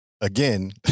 Again